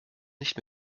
nicht